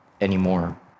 anymore